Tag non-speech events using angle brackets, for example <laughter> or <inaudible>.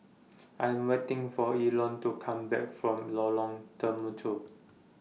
<noise> I Am waiting For Elon to Come Back from Lorong Temechut